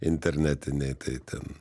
internetiniai tai ten